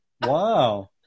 Wow